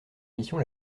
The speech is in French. mission